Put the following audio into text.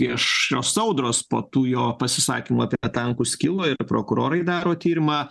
iš šios audros po tų jo pasisakymų apie tankus kilo ir prokurorai daro tyrimą